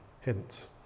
hints